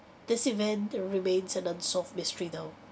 this event will remains an unsolved mystery now